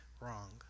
wrong